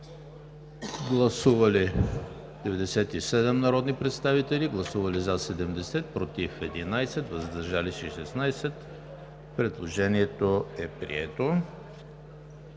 Гласували 97 народни представители: за 70, против 11, въздържали се 16. Предложението е прието.